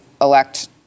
elect